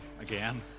again